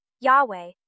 Yahweh